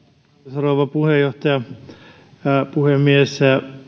rouva puhemies